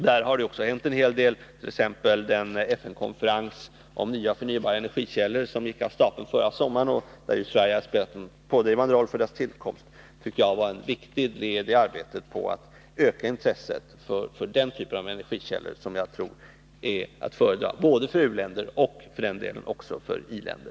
Här har det också hänt en hel del,t.ex. den FN-konferens om nya och förnyelsebara energikällor som gick av stapeln förra sommaren. Sverige spelade en pådrivande roll för tillkomsten av denna konferens. Jag tycker att detta var ett viktigt led i arbetet på att öka intresset för den typen av energikällor, som jag tror är att föredra både för u-länder och för i-länder.